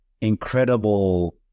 incredible